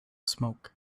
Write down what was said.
smoke